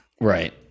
Right